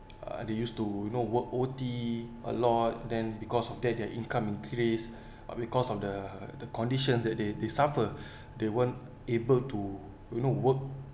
uh they used to you know work O_T a lot then because of that their income increase uh because of the the condition that they they suffer they weren't able to you know work